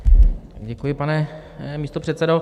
Děkuji, pane místopředsedo.